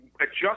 adjust